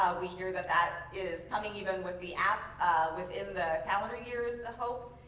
ah we hear that that is coming even with the app within the calendar year is the hope.